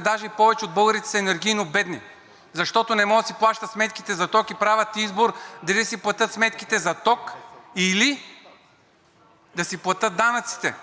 даже и повече от българите, са енергийно бедни, защото не могат да си плащат сметките за ток и правят избор дали да си платят сметките за ток, или да си платят данъците,